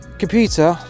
computer